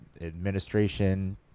administration